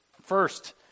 First